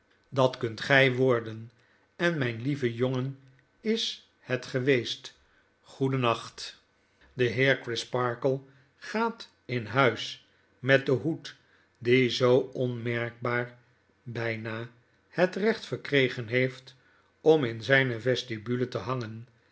dat kunt gij worden en myn lieve jongen is het geweest goedennacht het geheim van edwin drood de heer crisparkle gaat in huis met den hoed die zoo onmerkbaar bijna het recht verkregen heeft om in zyne vestibule te hangen